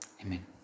Amen